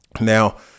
Now